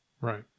Right